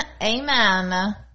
Amen